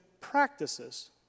practices